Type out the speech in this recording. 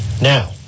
Now